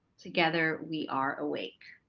together we are awake.